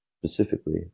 specifically